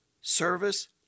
service